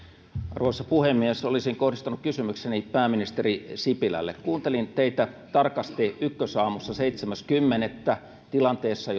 arvoisa puhemies olisin kohdistanut kysymykseni pääministeri sipilälle kuuntelin teitä tarkasti ykkösaamussa seitsemäs kymmenettä tilanteessa